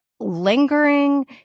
lingering